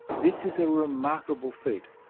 this is a remarkable feat.